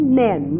men